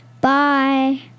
Bye